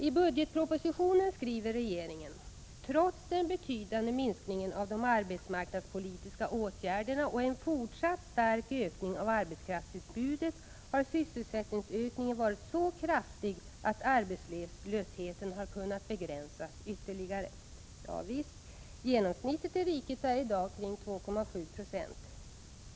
I budgetpropositionen skriver regeringen: ”Trots den betydande minskningen av de arbetsmarknadspolitiska åtgärderna och en fortsatt stark ökning av arbetskraftsutbudet har sysselsättningsökningen varit så kraftig att arbetslösheten har kunnat begränsas ytterligare.” Ja visst, genomsnittet i riket är i dag kring 2,7 960.